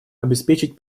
обеспечить